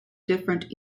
different